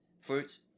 fruits